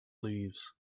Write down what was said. leaves